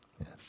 Yes